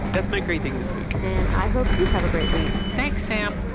that's my great thing this week and i hope you have a great week thanks, sam